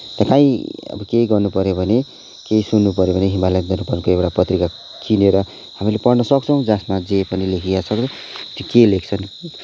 त्यहाँ खै अब केही गर्नपऱ्यो भने केही सुन्नपऱ्यो भने हिमालय दर्पणको एउटा पत्रिका किनेर हामीले पढ्नसक्छौँ जसमा जे पनि लेखेका छन् त्यहाँ के लेख्छन्